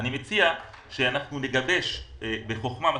אני מציע שנגבש בחוכמה את